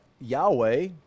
Yahweh